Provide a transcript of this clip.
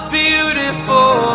beautiful